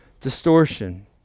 distortion